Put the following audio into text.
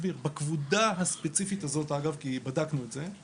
בכבודה הספציפית הזאת, אגב, כי בדקנו את זה,